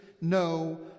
no